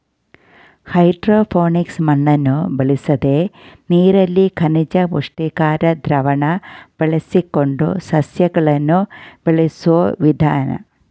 hydroponics ಮಣ್ಣನ್ನು ಬಳಸದೆ ನೀರಲ್ಲಿ ಖನಿಜ ಪುಷ್ಟಿಕಾರಿ ದ್ರಾವಣ ಬಳಸಿಕೊಂಡು ಸಸ್ಯಗಳನ್ನು ಬೆಳೆಸೋ ವಿಧಾನ